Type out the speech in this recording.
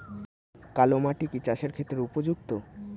কালো মাটি কি চাষের ক্ষেত্রে উপযুক্ত?